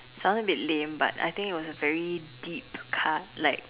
it sounded a bit lame but I think it was a very deep card like